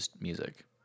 music